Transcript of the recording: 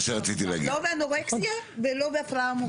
לא באנורקסיה ולא בהפרעה מוגזמת.